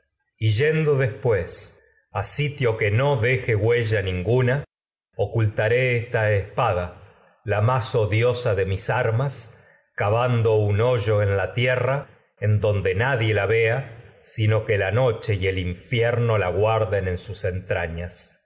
y diosa yendo después a sitio que no deje huella tragedias de sófocles ninguna armas la ocultaré esta un espada la más odiosa de mis cavando sino que hoyo en la tierra en dnde nadie vea la noche y el desde infierno la guarden en recibí en sus entrañas